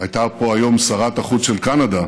הייתה פה היום שרת החוץ של קנדה,